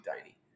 tiny